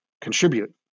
contribute